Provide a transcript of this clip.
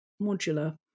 modular